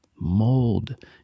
mold